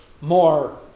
more